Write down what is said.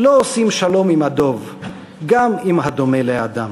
לא עושים שלום עם הדוב, גם עם הדומה לאדם!"